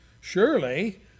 surely